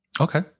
okay